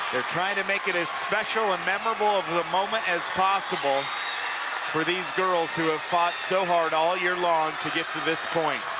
they're trying to make it as special and memorable moment as possible for these girls who have fought so hard all year long to get to this point.